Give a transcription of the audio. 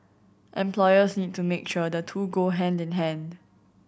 employers need to make sure the two go hand in hand